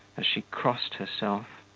as she crossed herself.